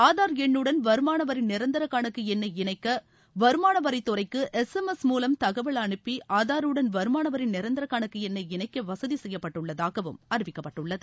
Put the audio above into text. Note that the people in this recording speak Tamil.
ஆதார் எண்ணுடன் வருமானவரி நிரந்தர கணக்கு எண்ணை இணைக்க வருமானவரித்துறைக்கு எஸ் எம் எஸ் மூலம் தகவல் அனுப்பி ஆதாருடன் வருமானவரி நிரந்தர கணக்கு எண்ணை இணைக்க வசதி செய்யப்பட்டுள்ளதாகவும் அறிவிக்கப்பட்டுள்ளது